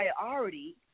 priority